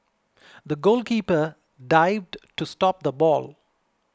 the goalkeeper dived to stop the ball